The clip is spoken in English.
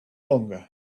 longer